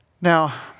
Now